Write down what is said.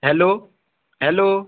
hello hello